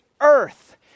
earth